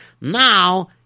Now